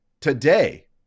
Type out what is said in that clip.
today